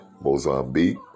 Mozambique